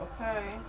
okay